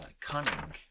Cunning